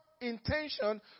intention